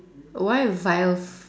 why a vilf